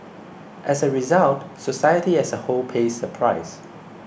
as a result society as a whole pays the price